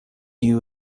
you